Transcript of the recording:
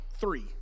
Three